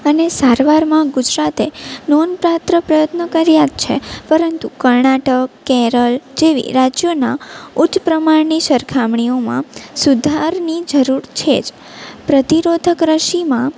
અને સારવારમાં ગુજરાતે નોંધપાત્ર પ્રયત્ન કર્યા જ છે પરંતુ કર્ણાટક કેરળ જેવી રાજ્યોનાં ઉચ્ચ પ્રમાણની સરખામણીઓમાં સુધારની જરૂર છે જ પ્રતિરોધક રસીમાં